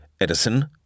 Edison